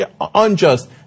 unjust